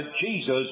Jesus